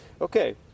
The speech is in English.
Okay